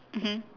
mmhmm